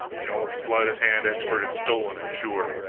the old sleight-of-hand expert had stolen it, sure,